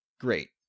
great